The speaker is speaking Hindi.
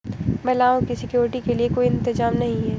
महिलाओं की सिक्योरिटी के लिए कोई इंतजाम नहीं है